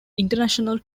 international